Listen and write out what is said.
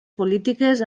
polítiques